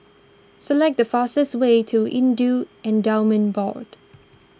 select the fastest way to Hindu Endowments Board